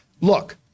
look